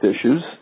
issues